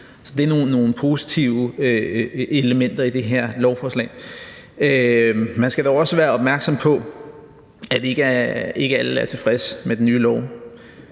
det er nogle positive elementer i det her lovforslag. Man skal dog også være opmærksom på, at ikke alle er tilfredse med det nye